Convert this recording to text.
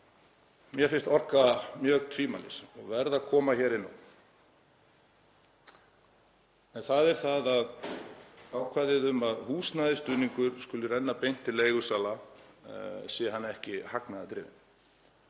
mér finnst orka mjög tvímælis og verð að koma inn á, m.a. ákvæði um að húsnæðisstuðningur skuli renna beint til leigusala sé hann ekki hagnaðardrifinn.